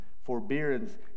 forbearance